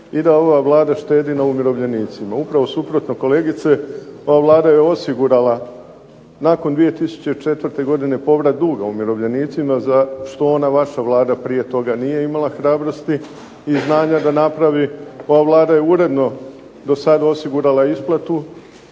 i da Ova Vlada štedi na umirovljenicima. Upravo suprotno kolegice, ova Vlada je osigurala nakon 2004. godine povrat duga umirovljenicima što ona vaša vlada prije toga nije imala hrabrosti i znanja da napravi, ova Vlada je uredno do sada osigurala isplatu